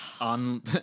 On